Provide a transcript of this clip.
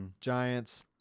giants